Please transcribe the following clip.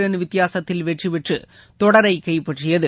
run வித்தியாசத்தில் வெற்றி பெற்று தொடரைக் கைப்பற்றியது